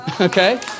Okay